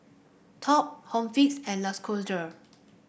Top Home Fix and Lacoste